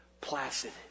placid